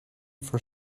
for